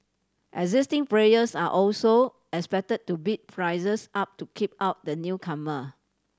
existing players are also expect to bid prices up to keep out the newcomer